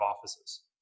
offices